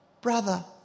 Brother